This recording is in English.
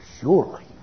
Surely